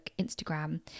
Instagram